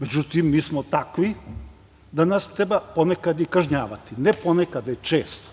Međutim, mi smo takvi da nas treba ponekad i kažnjavati, i to ne ponekad već često.